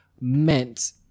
meant